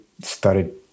started